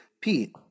Pete